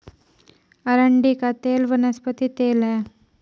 अरंडी का तेल वनस्पति तेल है